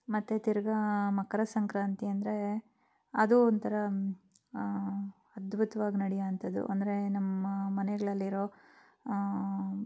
ಮತ್ತು ತಿರ್ಗಿ ಮಕರ ಸಂಕ್ರಾಂತಿ ಅಂದರೆ ಅದು ಒಂಥರ ಅದ್ಭುತ್ವಾಗಿ ನಡೆಯೋಂಥದ್ದು ಅಂದರೆ ನಮ್ಮ ಮನೆಗಳಲ್ಲಿರೋ